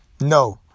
No